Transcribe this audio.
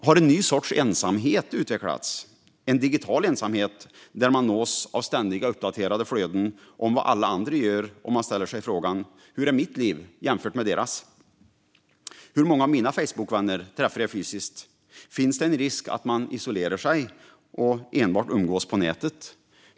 Har en ny sorts ensamhet utvecklats? Jag menar en digital ensamhet där man nås av ständiga uppdaterade flöden om vad alla andra gör och man ställer sig frågan: Hur är mitt liv jämfört med deras? Hur många av mina Facebookvänner träffar jag fysiskt? Finns det en risk för att man isolerar sig och enbart umgås på nätet?